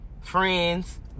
friends